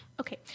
Okay